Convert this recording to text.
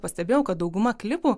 pastebėjau kad dauguma klipų